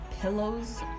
pillows